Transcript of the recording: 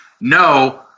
No